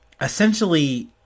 Essentially